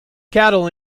cattle